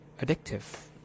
addictive